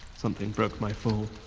something broke my fall.